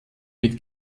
mit